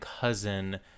cousin